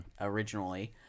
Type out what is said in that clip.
originally